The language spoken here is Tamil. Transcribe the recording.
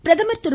பிரதமர் திரு